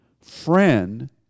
friend